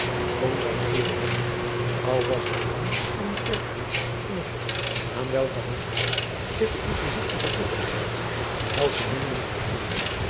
zijn edel hart al was hij dan aan die kerkleer verknocht aan welker handhaving zich de inquisitie had toegewijd de helsche middelen verfoeide